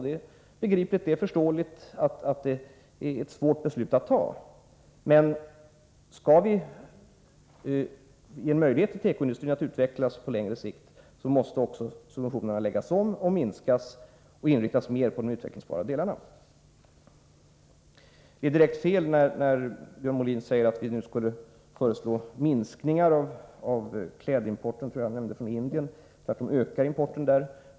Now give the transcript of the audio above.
Det är förståeligt att det är ett svårt beslut att ta, men skall vi ge tekoindustrin möjlighet att utvecklas på längre sikt måste subventionerna minskas och inriktas mer på de utvecklingsbara delarna. Det var direkt fel när Björn Molin sade att vi nu skulle föreslå minskningar i klädimporten från Indien. Tvärtom ökar importen därifrån.